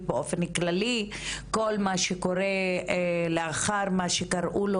באופן כללי: כל מה שקורה לאחר מה שקראו לו